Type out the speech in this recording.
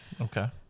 Okay